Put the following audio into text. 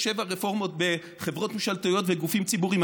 שבע רפורמות בחברות ממשלתיות ובגופים ציבוריים.